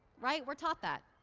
right? we're taught that.